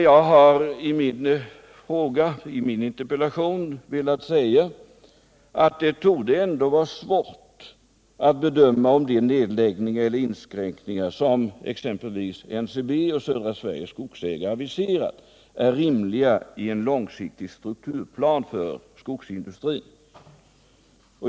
Jag har i min interpellation framhållit att det ändå skulle vara svårt att bedöma, om de nedläggningar eller inskränkningar som exempelvis NCB och Södra Skogsägarna AB aviserat är rimliga i en långsiktig strukturplan för skogsindustrin.